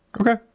okay